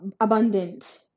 abundant